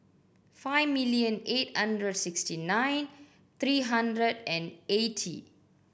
five million eight hundred sixty nine three hundred and eighty